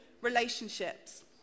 relationships